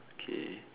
okay